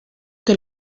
que